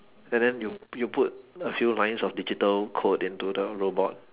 and then you you put a few lines of digital code into the robot